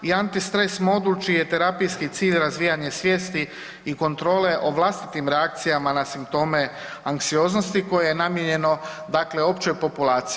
I antistres modul čiji je terapijski cilj razvijanje svijesti i kontrole o vlastitim reakcijama na simptome anksioznosti koje je namijenjeno dakle općoj populaciji.